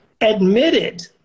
admitted